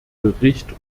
bericht